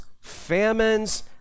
famines